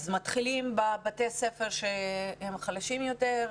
מתחילים בבתי הספר החלשים יותר?